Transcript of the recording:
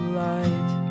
light